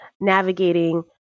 navigating